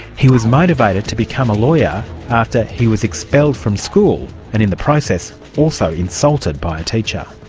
he was motivated to become a lawyer after he was expelled from school, and in the process also insulted by a teacher.